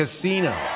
Casino